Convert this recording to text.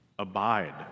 Abide